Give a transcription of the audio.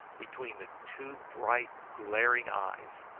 between the two bright glaring eyes,